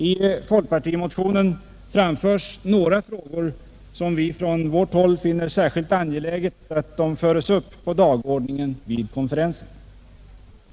I folkpartimotionen nämns några frågor som vi från vårt håll finner särskilt angeläget att de förs upp på dagordningen vid konferensen.